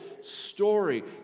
story